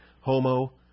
Homo